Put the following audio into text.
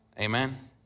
Amen